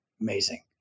amazing